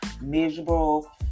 miserable